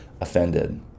offended